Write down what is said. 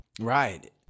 Right